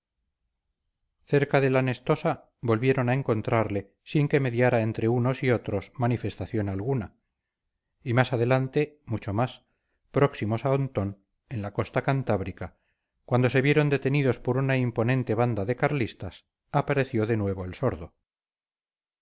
cerca de la nestosa volvieron a encontrarle sin que mediara entre unos y otros manifestación alguna y más adelante mucho más próximos a ontón en la costa cantábrica cuando se vieron detenidos por una imponente banda de carlistas apareció de nuevo el sordo